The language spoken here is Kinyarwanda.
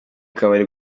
kabari